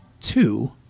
two